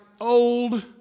old